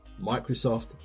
Microsoft